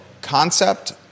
concept